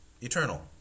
eternal